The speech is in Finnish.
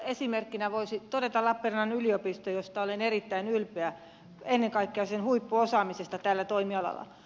esimerkkinä voisi todeta lappeenrannan yliopiston josta olen erittäin ylpeä ennen kaikkea sen huippuosaamisesta tällä toimialalla